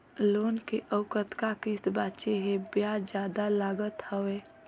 Loan के अउ कतका किस्त बांचें हे? ब्याज जादा लागत हवय,